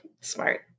Smart